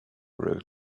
red